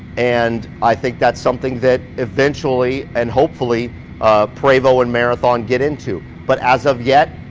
and i think that's something that eventually and hopefully prevo and marathon get into. but as of yet,